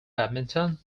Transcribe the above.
badminton